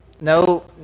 No